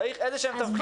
צריך איזשהם תבחינים.